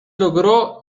logró